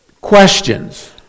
questions